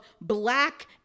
black